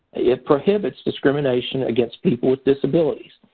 it prohibits discrimination against people with disabilities.